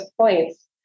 points